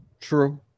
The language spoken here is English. true